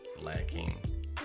lacking